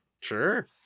Sure